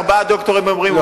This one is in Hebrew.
ארבעה דוקטורים אומרים y,